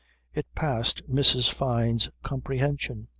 it passed mrs. fyne's comprehension.